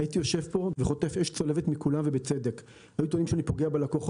מתוך כמה?